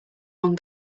one